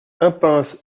impasse